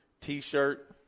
T-shirt